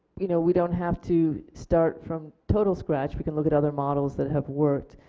you know we don't have to start from total scratch we can look at other models that have worked.